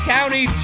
County